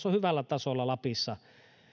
on hyvällä tasolla lapissa